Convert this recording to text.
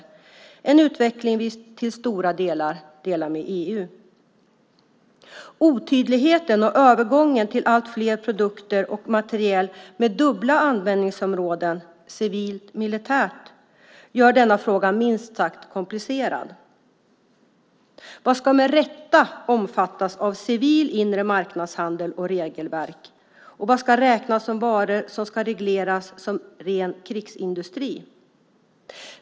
Det är en utveckling vi i stort delar med EU. Otydligheten och övergången till allt fler produkter och materiel med dubbla användningsområden, civilt och militärt, gör denna fråga minst sagt komplicerad. Vad ska med rätta omfattas av civil inremarknadshandel och regelverk, och vad ska räknas som varor som ska regleras som ren krigsindustri?